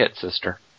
sister